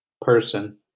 person